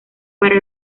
para